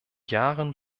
jahren